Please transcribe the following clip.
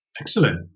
excellent